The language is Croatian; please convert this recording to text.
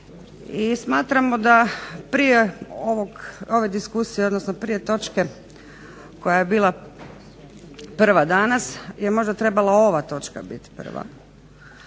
i smatramo da prije ove diskusije, odnosno prije točke koja je bila prva danas je možda trebala ova točka biti prva.